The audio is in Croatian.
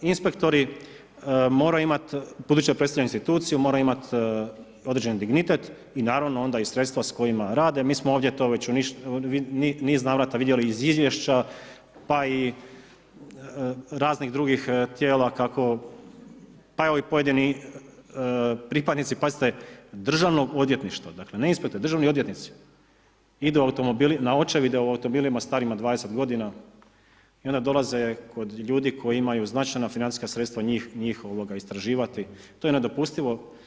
Inspektori moraju imati buduću predstavničku instituciju, moraju imati određeni dignitet i naravno onda i sredstva s kojima rade, mi smo ovdje to već u niz navrata vidjeli iz izvješća pa i raznih drugih tijela kako, pa i ovi pojedini pripadnici, pazite Državnog odvjetništva, dakle ne inspektora, državni odvjetnici idu na očevide automobilima starijima od 20 g. i onda dolaze kod ljudi koji imaju značajna financijska sredstva, njih istraživati, to je nedopustivo.